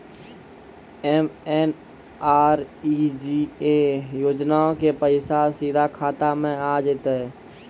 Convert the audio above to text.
MNREGA योजना के पैसा सीधा खाता मे आ जाते?